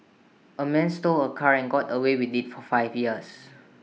A man stole A car and got away with IT for five years